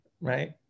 right